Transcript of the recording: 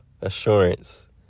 assurance